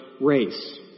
race